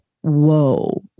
Whoa